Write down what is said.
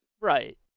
Right